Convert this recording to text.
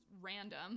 random